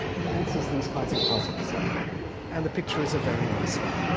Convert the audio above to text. it answers these kinds of puzzles and the picture is a very nice one.